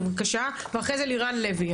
בבקשה ואחרי זה לירן לוי,